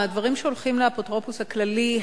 מהדברים שהולכים לאפוטרופוס הכללי,